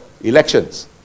elections